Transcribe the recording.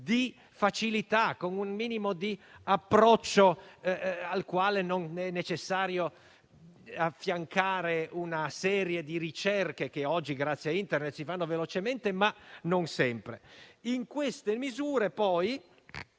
di facilità e con un approccio minimo al quale non sia necessario affiancare una serie di ricerche, che oggi, grazie a Internet, si fanno velocemente, ma non sempre. Tra queste misure, poi,